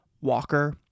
walker